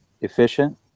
efficient